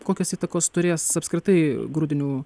kokios įtakos turės apskritai grūdinių